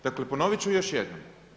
Dakle, ponovit ću još jednom.